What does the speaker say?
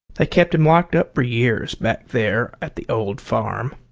they kept him locked up for years back there at the old farm.